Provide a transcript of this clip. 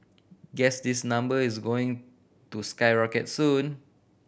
guess this number is going to skyrocket soon